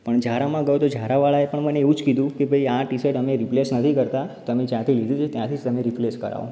પણ ઝારામાં ગયો તો ઝારાવાળાએ પણ મને એવું જ કીધું કે ભઈ આ ટી શર્ટ અમે રીપ્લેસ નથી કરતાં તમે જ્યાંથી લીધું છે ત્યાંથી જ તમે રીપ્લેસ કરાવો